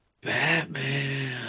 Batman